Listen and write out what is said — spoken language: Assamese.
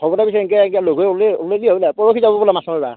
হ'ব দে পিছে এনকে এনকে লগ হৈ ওলে ওলেলিয়ে হ'ল আৰ পৰহি যাব বোলে মাছ মাৰিব